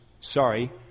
Sorry